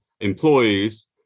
employees